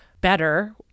better